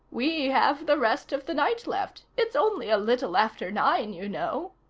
we have the rest of the night left. it's only a little after nine, you know.